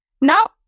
Now